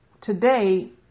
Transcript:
today